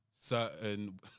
certain